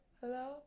hello